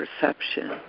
perception